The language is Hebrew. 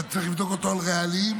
אתה צריך לבדוק אותו על רעלים,